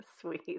Sweet